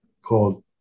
called